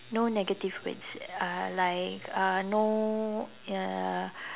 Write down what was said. no negative words uh like uh no ya